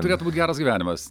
turėtų būti geras gyvenimas